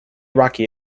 rocky